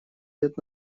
лет